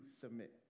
submit